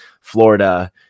Florida